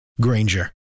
Granger